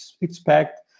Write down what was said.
expect